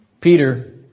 Peter